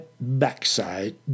backside